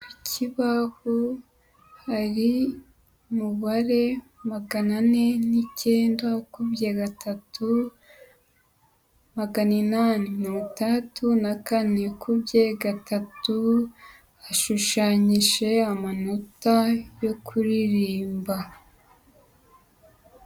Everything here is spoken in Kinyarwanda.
Ikibaho hari umubare magana ane n'icyenda ukubye gatatu, magana inani mirongo itandatu na kane ukubye gatatu, hashushanyije amanota yo kuririmba.